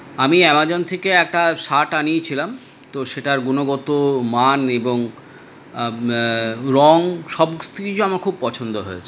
আমি অ্যামাজন থেকে একটা শার্ট আনিয়েছিলাম তো সেটার গুণগত মান এবং রঙ সমস্ত কিছু আমার খুব পছন্দ হয়েছে